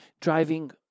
driving